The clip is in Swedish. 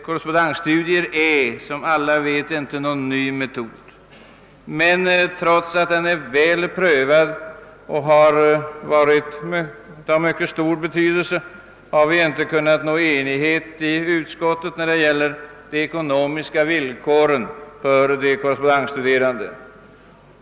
Korrespondensstudier är som alla vet inte någon ny metod, men trots att den är väl prövad och har varit av mycket stor betydelse, har vi inom utskottet inte kunnat nå enighet i frågan om de ekonomiska villkoren för de korrespondensstuderande.